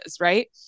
right